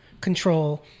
control